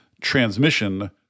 Transmission